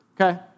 okay